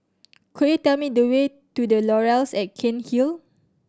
could you tell me the way to The Laurels at Cairnhill